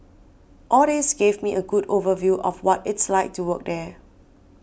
all this gave me a good overview of what it's like to work there